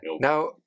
now